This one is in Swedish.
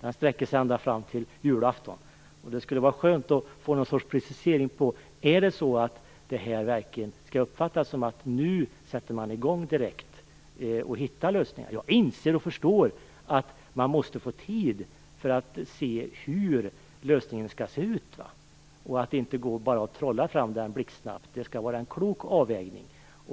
Den sträcker sig ända fram till julafton. Det skulle vara skönt att få en precisering här. Skall det statsrådet säger uppfattas som att man sätter i gång med detta nu? Jag förstår att man måste få tid för att komma fram till hur lösningen skall se ut och att det inte går att trolla fram den blixtsnabbt. Det skall vara en klok avvägning.